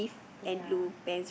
ya